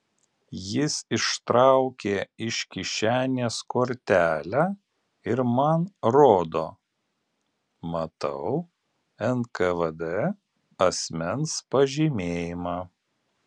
jis ištraukė iš kišenės kortelę ir man rodo matau nkvd asmens pažymėjimą